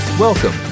Welcome